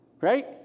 Right